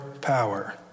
power